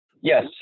Yes